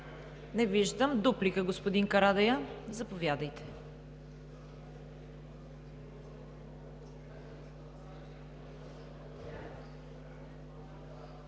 Не виждам. Дуплика, господин Карадайъ. Заповядайте.